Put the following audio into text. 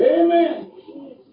Amen